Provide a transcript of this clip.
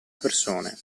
persone